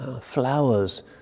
Flowers